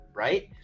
right